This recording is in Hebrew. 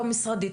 לא משרדית.